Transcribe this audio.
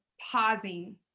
pausing